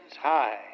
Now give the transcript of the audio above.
high